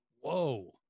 Whoa